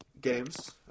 games